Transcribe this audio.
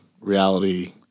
reality